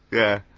yeah.